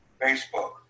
Facebook